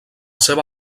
seva